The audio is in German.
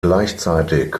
gleichzeitig